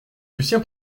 lucien